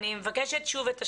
אני מבקשת שוב את השאלה.